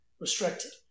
restricted